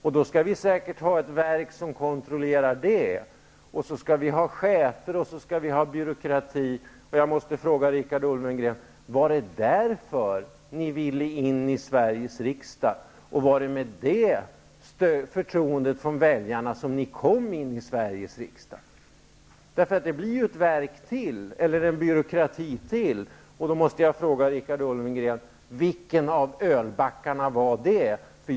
I så fall skall vi säkert också ha ett verk som kontrollerar det, och så skall vi ha chefer, och så skall vi ha byråkrati. Jag måste fråga Richard Ulfvengren: Var det av denna anledning ni ville komma in i Sveriges riksdag, och var det med det förtroendet från väljarna som ni kom in i Sveriges riksdag? Det här blir ju ett verk till eller en byråkrati till. Då måste jag fråga Richard Ulfvengren: Vilka av ölbackarna var det?